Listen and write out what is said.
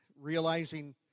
realizing